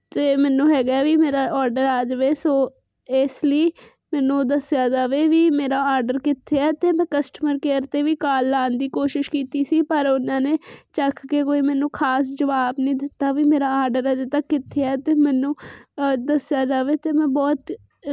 ਤੇ ਮੈਨੂੰ ਹੈਗਾ ਵੀ ਮੇਰਾ ਆਰਡਰ ਆ ਜਾਵੇ ਸੋ ਇਸ ਲਈ ਮੈਨੂੰ ਦੱਸਿਆ ਜਾਵੇ ਵੀ ਮੇਰਾ ਆਰਡਰ ਕਿੱਥੇ ਹੈ ਤੇ ਮੈਂ ਕਸਟਮਰ ਕੇਅਰ ਤੇ ਵੀ ਕਾਲ ਲਾਣ ਦੀ ਕੋਸ਼ਿਸ਼ ਕੀਤੀ ਸੀ ਪਰ ਉਹਨਾਂ ਨੇ ਚੱਕ ਕੇ ਕੋਈ ਮੈਨੂੰ ਖਾਸ ਜਵਾਬ ਨਹੀਂ ਦਿੱਤਾ ਵੀ ਮੇਰਾ ਆਰਡਰ ਅਜੇ ਤੱਕ ਕਿੱਥੇ ਐ ਤੇ ਮੈਨੂੰ ਦੱਸਿਆ ਜਾਵੇ ਤੇ ਮੈਂ ਬਹੁਤ